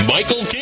Michael